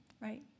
right